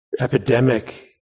epidemic